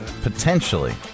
potentially